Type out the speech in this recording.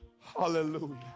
Hallelujah